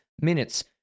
minutes